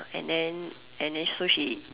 and then and then so she